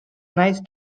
nice